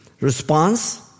response